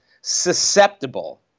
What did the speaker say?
susceptible